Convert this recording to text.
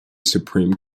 supreme